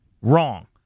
wrong